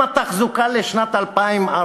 עם התחזוקה לשנת 2014,